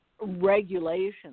regulations